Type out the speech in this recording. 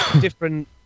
different